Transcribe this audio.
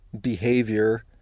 behavior